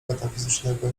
metafizycznego